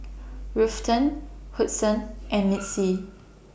Ruthanne Hudson and Missy